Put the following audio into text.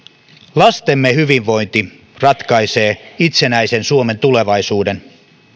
lastemme hyvinvointi ratkaisee itsenäisen suomen tulevaisuuden